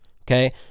okay